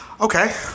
Okay